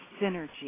Synergy